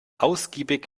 ausgiebig